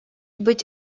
быть